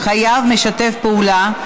חייב משתף פעולה),